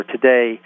Today